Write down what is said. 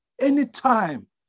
anytime